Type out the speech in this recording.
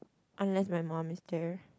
unless my mum is there